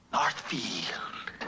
Northfield